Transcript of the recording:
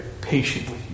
patiently